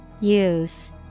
Use